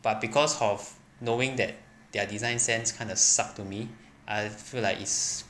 but because of knowing that their design sense kind of suck to me I feel like it's